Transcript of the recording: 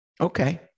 Okay